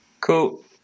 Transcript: cool